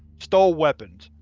stole weapons.